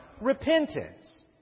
repentance